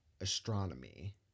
astronomy